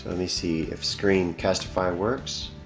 and me see if screencastify works